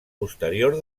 posterior